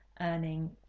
earning